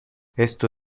esto